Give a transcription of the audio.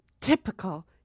Typical